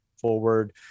forward